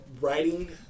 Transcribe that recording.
writing